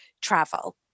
travel